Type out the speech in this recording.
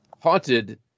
Haunted